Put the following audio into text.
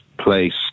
place